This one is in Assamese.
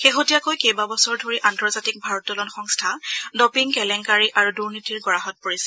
শেহতীয়াকৈ কেইবাবছৰ ধৰি আন্তৰ্জাতিক ভাৰোত্তোলন সংস্থা ডপিং কেলেংকাৰি আৰু দুৰ্নীতিৰ গৰাহত পৰিছে